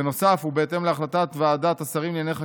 בנוסף, ובהתאם להחלטת ועדת השרים לענייני חקיקה,